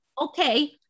okay